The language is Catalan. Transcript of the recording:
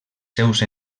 seus